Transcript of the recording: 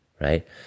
right